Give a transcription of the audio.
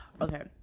okay